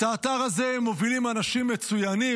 את האתר הזה מובילים אנשים מצוינים,